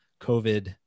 COVID